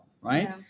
right